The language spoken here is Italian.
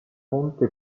fonte